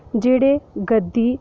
जेह्ड़े गद्दी